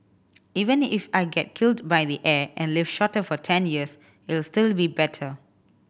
even if I get killed by the air and live shorter for ten years it'll still be better